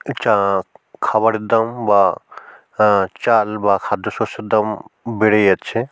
খাবারের দাম বা চাল বা খাদ্যশস্যর দাম বেড়ে যাচ্ছে